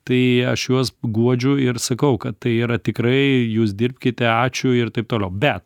tai aš juos guodžiu ir sakau kad tai yra tikrai jūs dirbkite ačiū ir taip toliau bet